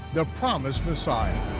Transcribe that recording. the promised messiah.